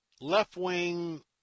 left-wing